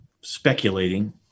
speculating